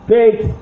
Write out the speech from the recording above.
Faith